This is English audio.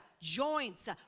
joints